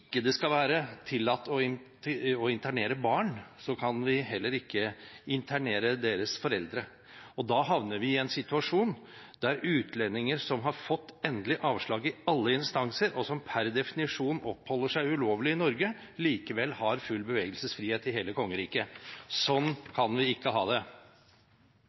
det skal være tillatt å internere barn, kan vi heller ikke internere deres foreldre. Da havner vi i en situasjon der utlendinger som har fått endelig avslag i alle instanser, og som per definisjon oppholder seg ulovlig i Norge, likevel har full bevegelsesfrihet i hele kongeriket. Sånn kan vi ikke ha det.